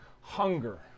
hunger